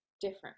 different